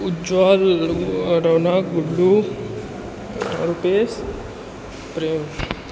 Ujjwal Raunak Guddu Rupesh Prince